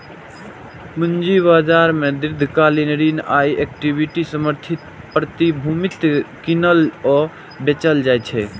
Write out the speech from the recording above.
पूंजी बाजार मे दीर्घकालिक ऋण आ इक्विटी समर्थित प्रतिभूति कीनल आ बेचल जाइ छै